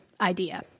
idea